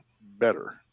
better